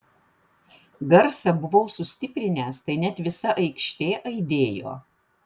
garsą buvau sustiprinęs tai net visa aikštė aidėjo